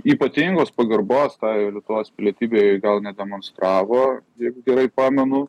ypatingos pagarbos tai jau lietuvos pilietybei gal nedemonstravo jeigu gerai pamenu